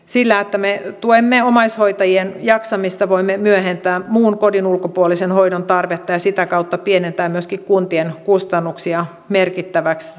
sillä että me tuemme omaishoitajien jaksamista voimme myöhentää muun kodin ulkopuolisen hoidon tarvetta ja sitä kautta pienentää myöskin kuntien kustannuksia merkittävästi